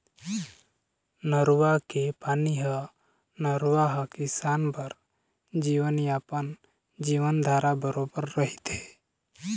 नरूवा के पानी ह नरूवा ह किसान बर जीवनयापन, जीवनधारा बरोबर रहिथे